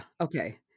Okay